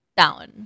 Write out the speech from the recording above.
down